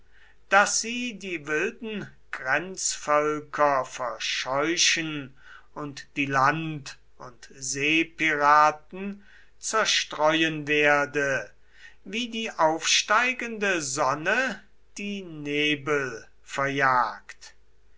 daß sie die wilden grenzvölker verscheuchen und die land und seepiraten zerstreuen werde wie die aufsteigende sonne die nebel verjagt